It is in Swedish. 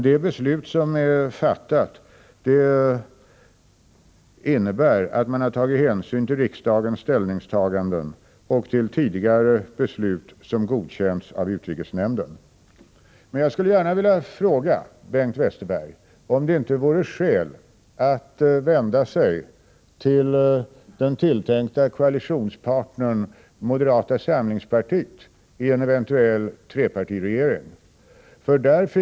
Det beslut som fattades innebär dock att man tagit hänsyn till riksdagens ställningstaganden och till tidigare beslut som godkänts av utrikesnämnden, Men jag skulle gärna vilja fråga Bengt Westerberg om det inte vore skäl att vända sig till den tilltänkta koalitionspartnern i en eventuell trepartiregering, moderata samlingspartiet.